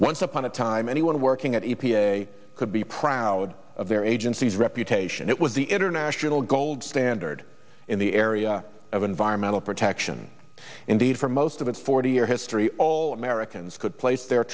once upon a time anyone working at e p a could be proud of their agency's reputation it was the international gold standard in the area of environmental protection indeed for most of its forty year history all americans could place the